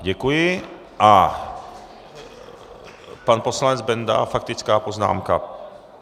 Děkuji a pan poslanec Benda, faktická poznámka.